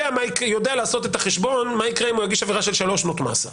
הוא יודע לעשות את החשבון מה יקרה אם הוא יגיש עבירה של שלוש שנות מאסר.